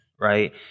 Right